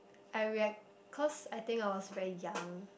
I react cause I think I was very young